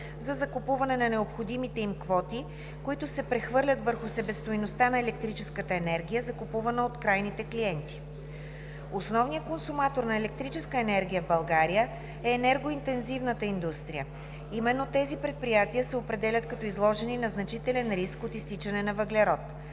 за закупуване на необходимите им квоти, които се прехвърлят върху себестойността на електрическата енергия, закупувана от крайните клиенти. Основният консуматор на електрическа енергия в България е енергоинтензивната индустрия. Именно тези предприятия се определят като „изложени на значителен риск от „изтичане на въглерод“.